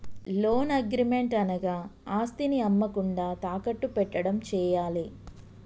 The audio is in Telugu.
లోన్ అగ్రిమెంట్ అనగా ఆస్తిని అమ్మకుండా తాకట్టు పెట్టడం చేయాలే